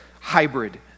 hybrid